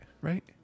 right